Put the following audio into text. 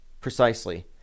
Precisely